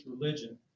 religion